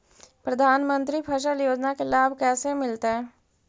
प्रधानमंत्री फसल योजना के लाभ कैसे मिलतै?